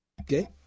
Okay